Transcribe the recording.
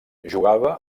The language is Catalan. jugava